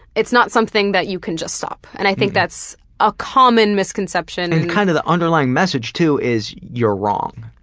it's not something that you can just stop. and i think that's a common misconception. and kind of the underlying message too is you're wrong.